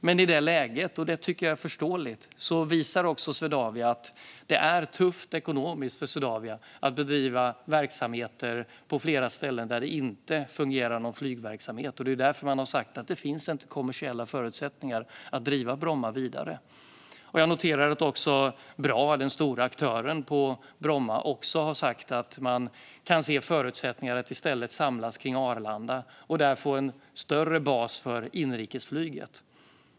Men i det läget - och det tycker jag är förståeligt - visar också Swedavia att det är tufft ekonomiskt för Swedavia att bedriva verksamheter på flera ställen där det inte finns någon fungerande flygverksamhet. Det är därför man har sagt att det inte finns kommersiella förutsättningar att driva Bromma vidare. Jag noterar att Bra, den stora aktören på Bromma, har sagt att man kan se förutsättningar för att i stället samlas kring Arlanda och där få en större bas för inrikesflyget.